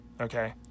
okay